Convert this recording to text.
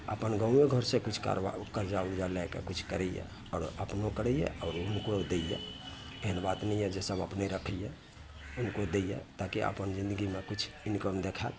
अपन गाँवो घर से किछु कारोबार कर्जा उर्जा लए कऽ किछु करैए आओर अपनो करैए आओर हुनको दैये एहन बात नहि यऽ जे सभ अपने रखैए हुनको दैये ताकि अपन जिन्दगीमे किछु इनकम देखै